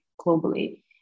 globally